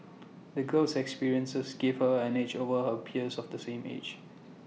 the girl's experiences gave her an edge over her peers of the same age